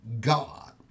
God